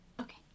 Okay